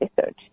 research